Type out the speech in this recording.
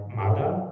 mother